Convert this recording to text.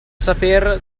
saper